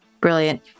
Brilliant